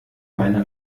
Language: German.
reiner